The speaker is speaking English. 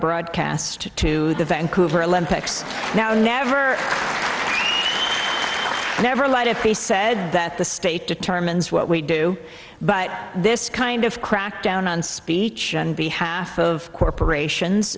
broadcast to the vancouver olympics now never never lied if they said that the state determines what we do but this kind of crackdown on speech and behalf of corporations